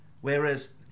Whereas